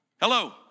Hello